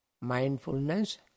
mindfulness